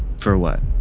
for what?